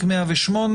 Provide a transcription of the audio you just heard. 108,